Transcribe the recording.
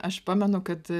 aš pamenu kad